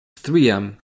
3M